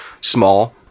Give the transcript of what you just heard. small